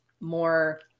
more